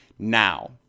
Now